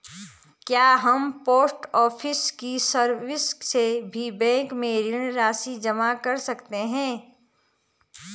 क्या हम post office की सर्विस से भी बैंक में ऋण राशि जमा कर सकते हैं?